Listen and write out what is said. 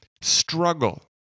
struggle